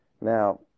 Now